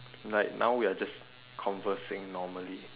like now we are just conversing normally